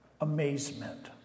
amazement